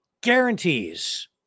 guarantees